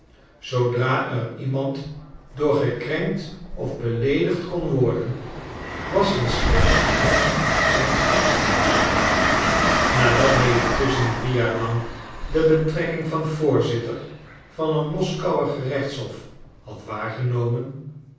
zoodra er iemand door gekrenkt of beleedigd kon worden was een scherts voor hem geen scherts meer nadat hij intusschen drie jaar lang de betrekking van voorzitter van een moskouer gerechtshof had waargenomen